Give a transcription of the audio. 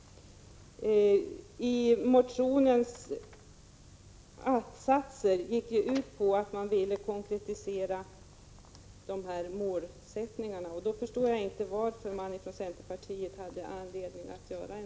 Motionen går ju ut på att man skall konkretisera målen. Då förstår jag inte vad centerpartiet hade för anledning att avge en reservation.